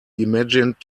imagined